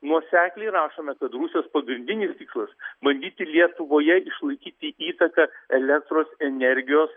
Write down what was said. nuosekliai rašome kad rusijos pagrindinis tikslas bandyti lietuvoje išlaikyti įtaką elektros energijos